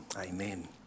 Amen